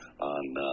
on